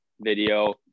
video